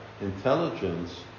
intelligence